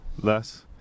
less